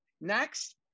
Next